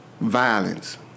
violence